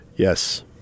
Yes